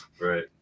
Right